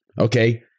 Okay